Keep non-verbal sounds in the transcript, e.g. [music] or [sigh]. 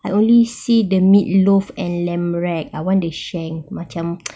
I only see the meat loaf and lamb rack I want the shank macam [noise]